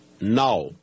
now